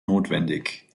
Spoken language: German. notwendig